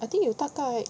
I think 有大概